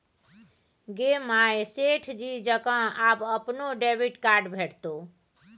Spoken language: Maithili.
गे माय सेठ जी जकां आब अपनो डेबिट कार्ड भेटितौ